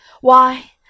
Why